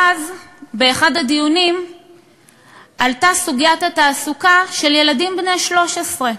באחד הדיונים האלה עלתה סוגיית התעסוקה של ילדים בני 13,